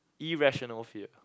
irrational fear